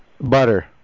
Butter